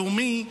יומי,